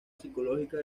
psicológica